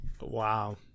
Wow